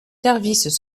services